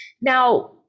Now